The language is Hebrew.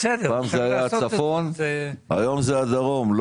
פעם זה היה הצפון והיום זה הדרום.